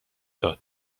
داد